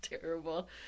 terrible